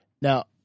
Now